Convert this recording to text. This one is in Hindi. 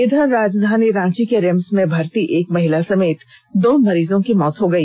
इंधर राजधानी रांची के रिम्स में भर्ती एक महिला समेत दो मरीजों की मौत हो गई